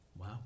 Wow